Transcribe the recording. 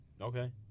Okay